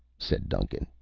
said duncan.